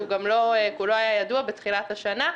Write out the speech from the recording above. שהוא לא היה ידוע כולו בתחילת השנה,